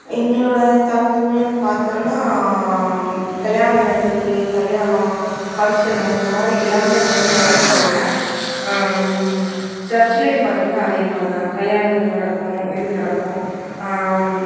எங்களோடய பார்த்தோன்னா கல்யாணம் நடக்கிறது கல்யாணம் ஃபங்க்ஷனு இந்த மாதிரி எல்லாமே வந்து நடத்துவாங்க சர்ச்சுலையும் பார்த்தீங்னா அதே மாதிரி தான் கல்யாணங்கள் நடக்கும் இது நடக்கும்